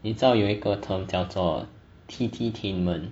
你知道有一个 term 叫做 tititainment